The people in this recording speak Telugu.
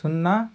సున్నా